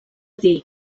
dir